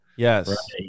Yes